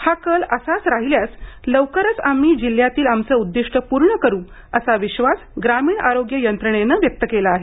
हा कल असाच राहिल्यास लवकरच आम्ही जिल्ह्यातील आमचं उद्दिष्ट पूर्ण करू असा विश्वास ग्रामीण आरोग्य यंत्रणेनं व्यक्त केला आहे